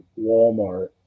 Walmart